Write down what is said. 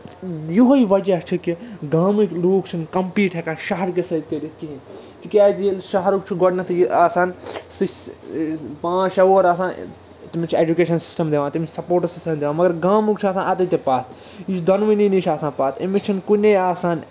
یِہوے وَجہہ چھُ کہِ گامٕکۍ لوٗکھ چھِنہٕ کَمپیٖٹ ہٮ۪کان شہرٕ کِس سۭتۍ کٔرِتھ کِہیٖنۍ تِکیازِ ییٚلہِ شَہرُک چھُ گۄڈٕنٮ۪تھٕے یہِ آسان سُہ چھُ پانژھ شیٚے وُہُر آسان تٔمِس چھُ اٮ۪جُکٮ۪شَن سِسٹم دِوان تٔمِس چھُ سَپوٹٔس دِوان مَگر گامُک چھُ آسان اَتٮ۪تھ تہِ پَتھ یہِ چھُ دۄنوٕنی نِش آسان پَتھ أمِس چھُنہٕ کُنٕے آسان اٮ۪وٮ۪لٮبٕل